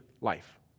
life